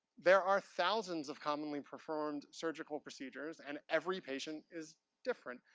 there are thousands of commonly performed surgical procedures, and every patient is different.